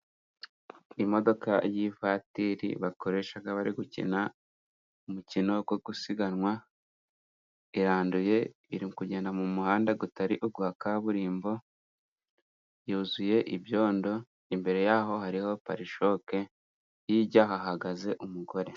Imodoka y'ivatiri bakoresha bari gukina umukino wo gusiganwa, iranduye iri kugenda mu muhanda utari uwa kaburimbo, yuzuye ibyondo, imbere yaho hariho parishoke, hirya hahagaze umugore.